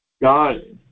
God